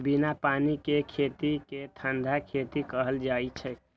बिना पानि के खेती कें ठंढा खेती कहल जाइ छै